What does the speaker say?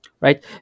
right